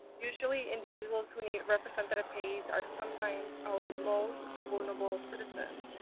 usually, individuals who need representative payees are sometimes our most vulnerable citizens.